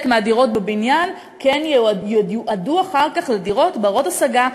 מהדירות בבניין כן ייועדו אחר כך לדירות בנות-השגה,